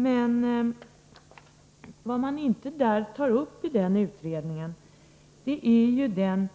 Men vad man inte har tagit upp i den utredningen är den